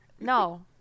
No